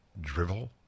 drivel